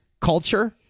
culture